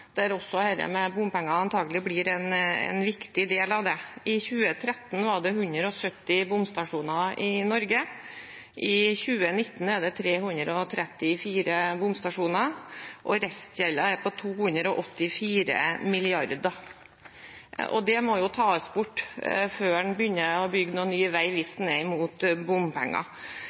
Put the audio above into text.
der dette med bompenger også antakelig blir en viktig del. I 2013 var det 170 bomstasjoner i Norge. I 2019 er det 334 bomstasjoner. Restgjelden er på 284 mrd. kr. Den må jo tas bort før en begynner å bygge ny vei, hvis en er imot bompenger.